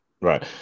right